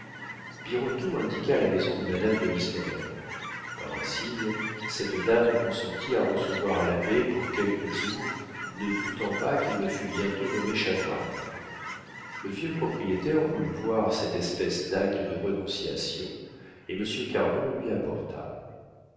birotteau indiqua la maison de madame de listomère par un signe cette dame consentit à recevoir l'abbé pour quelques jours ne doutant pas qu'il ne fût bientôt nommé chanoine le vieux propriétaire voulut voir cette espèce d'acte de renonciation et monsieur caron le lui apporta